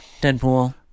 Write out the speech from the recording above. Deadpool